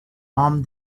arm